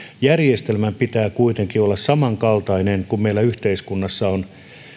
järjestelmän pitää kuitenkin olla samankaltainen kuin meillä yhteiskunnassa on